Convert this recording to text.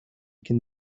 can